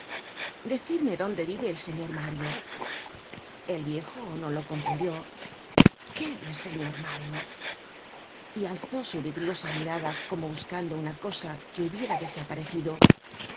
decirme dónde vive el señor mario el viejo no lo comprendió qué señor mario y alzó su vidriosa mirada como buscando una cosa que hubiera desaparecido